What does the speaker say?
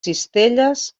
cistelles